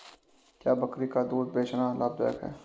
क्या बकरी का दूध बेचना लाभदायक है?